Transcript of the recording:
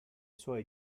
suoi